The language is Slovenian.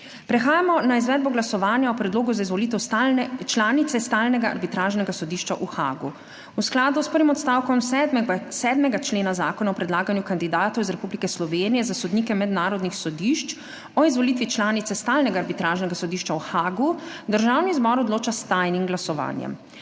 Prehajamo na izvedbo glasovanja o Predlogu za izvolitev članice Stalnega arbitražnega sodišča v Haagu. V skladu s prvim odstavkom 7. člena Zakona o predlaganju kandidatov iz Republike Slovenije za sodnike mednarodnih sodišč o izvolitvi članice Stalnega arbitražnega sodišča v Haagu Državni zbor odloča s tajnim glasovanjem.